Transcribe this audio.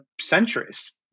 centuries